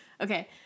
Okay